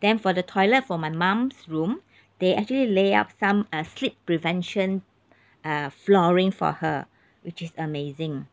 then for the toilet for my mum's room they actually layout some uh slip prevention uh flooring for her which is amazing